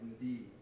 indeed